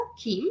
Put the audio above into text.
Kim